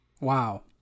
Wow